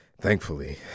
thankfully